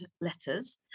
letters